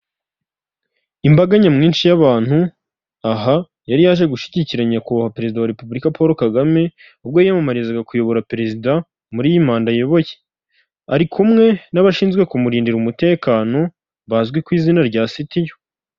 Imbaga nyamwinshi y'abantu, aha yari yaje gushyigikira Nyakubahwa, Perezida wa Repubulika Paul Kagame, ubwo yiyamamarizaga kuyobora Perezida muri iyi manda ayoboye. Ari kumwe n'abashinzwe kumurindira umutekano bazwi ku izina rya Sitiyu.